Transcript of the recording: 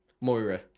Moira